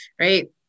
right